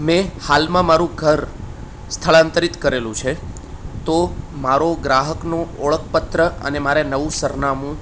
મેં હાલમાં મારું ઘર સ્થળાંતરિત કરેલું છે તો મારો ગ્રહકનું ઓળખપત્ર અને મારે નવું સરનામું